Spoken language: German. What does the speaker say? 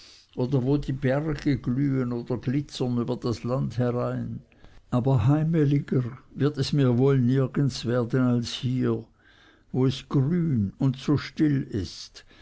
oder wo die berge glühen oder glitzern über das land herein aber heimeliger wird es mir wohl nirgends werden als hier wo es grün und so still ist